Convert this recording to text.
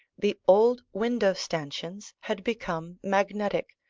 the old window-stanchions had become magnetic,